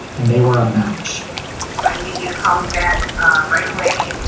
and they were a match i need you to call me back um right away.